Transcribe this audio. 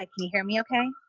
like can you hear me okay?